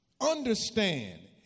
Understand